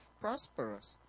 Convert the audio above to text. prosperous